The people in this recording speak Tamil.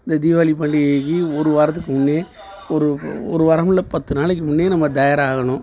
இந்த தீபாவளி பண்டிகைக்கு ஒரு வாரத்துக்கு முன்னையே ஒரு ஒரு வாரம் இல்லை பத்து நாளைக்கு முன்னையே நம்ம தயாராகணும்